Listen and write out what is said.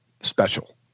special